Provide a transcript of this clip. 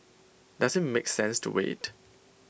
does IT make sense to wait